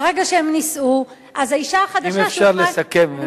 ברגע שהם נישאו, האשה החדשה, אם אפשר, לסכם.